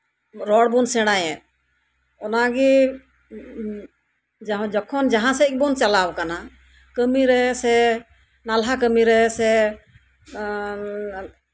ᱨᱚᱲ ᱵᱚᱱ ᱥᱮᱲᱟᱭᱮᱫ ᱚᱱᱟᱜᱮ ᱡᱚᱠᱷᱚᱱ ᱡᱟᱸᱦᱟᱥᱮᱫ ᱵᱚᱱ ᱪᱟᱞᱟᱣ ᱠᱟᱱᱟ ᱠᱟᱹᱢᱤᱨᱮ ᱥᱮ ᱱᱟᱞᱦᱟ ᱠᱟᱹᱢᱤᱨᱮ ᱥᱮ